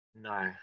No